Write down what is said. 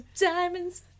diamonds